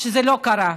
שזה לא קרה.